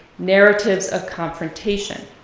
narratives of confrontation.